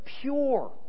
pure